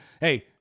Hey